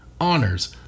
honors